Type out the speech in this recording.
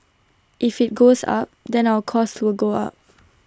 if IT goes up then our cost will go up